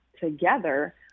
together